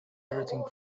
everything